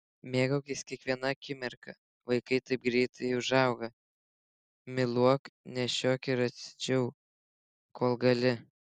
mėgaukis kiekviena akimirka vaikai taip greitai užauga myluok nešiok ir atsidžiauk kol gali